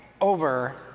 over